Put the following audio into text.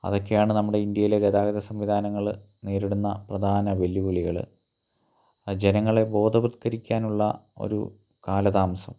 അതൊക്കെയാണ് നമ്മുടെ ഇന്ത്യയിലെ ഗതാഗത സംവിധാനങ്ങൾ നേരിടുന്ന പ്രധാന വെല്ലുവിളികൾ അത് ജനങ്ങളെ ബോധവത്ക്കരിക്കാനുള്ള ഒരു കാലതാമസം